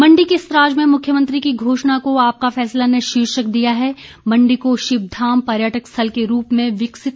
मंडी के सराज में मुख्यमंत्री की घोषणा को आपका फैसला ने शीर्षक दिया है मंडी को शिव धाम पर्यटक स्थल के रूप में करेंगे विकसित